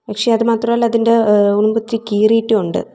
പക്ഷേ അത് മാത്രമല്ല അതിൻ്റെ ഉളുമ്പ് ഇത്തിരി കീറിയിട്ടുമുണ്ട്